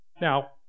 Now